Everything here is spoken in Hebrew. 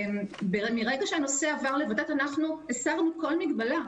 מהרגע שהנושא עבר לות"ת, אנחנו הסרנו כל מגבלה.